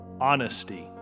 Honesty